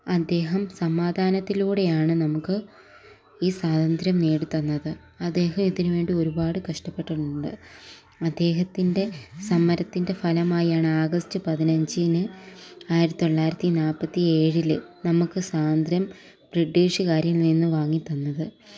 അദ്ദേഹം സമാധാനത്തിലൂടെയാണ് നമുക്ക് ഈ സ്വാതന്ത്ര്യം നേടിത്തന്നത് അദ്ദേഹം ഇതിന് വേണ്ടി ഒരുപാട് കഷ്ടപ്പെട്ടിട്ടുണ്ട് അദ്ദേഹത്തിൻ്റെ സമരത്തിൻ്റെ ഫലമായാണ് ആഗസ്റ്റ് പതിനഞ്ചിന് ആയിരത്തി തൊള്ളായിരത്തി നാൽപ്പത്തി ഏഴിൽ നമുക്ക് സ്വാതന്ത്ര്യം ബ്രിട്ടീഷ്കാരിയിൽ നിന്ന് വാങ്ങി തന്നത്